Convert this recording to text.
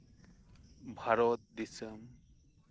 ᱵᱷᱟᱨᱚᱛ ᱫᱤᱥᱚᱢ